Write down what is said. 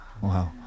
Wow